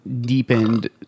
deepened